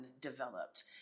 developed